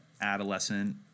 adolescent